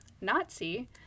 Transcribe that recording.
nazi